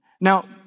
Now